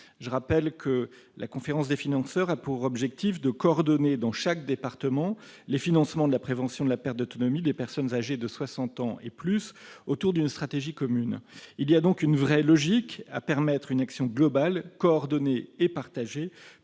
Je rappelle que cette conférence des financeurs a pour objectif de coordonner, dans chaque département, les financements de la prévention de la perte d'autonomie des personnes âgées de soixante ans et plus, autour d'une stratégie commune. Il y a donc une vraie logique à permettre une action globale, coordonnée et partagée